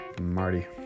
Marty